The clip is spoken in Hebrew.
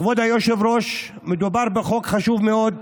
כבוד היושב-ראש, מדובר בחוק חשוב מאוד,